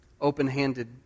open-handed